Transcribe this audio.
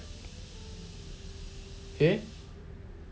!hey!